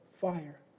fire